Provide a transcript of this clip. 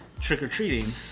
trick-or-treating